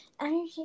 Energy